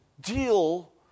deal